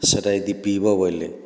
ସେଇଟା ଯଦି ପିଇବ ବୋଇଲେ